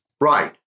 right